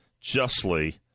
justly